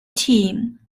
team